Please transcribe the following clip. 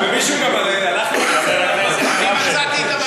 אני מצאתי את המטמון.